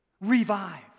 revive